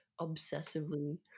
obsessively